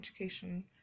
education